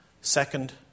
Second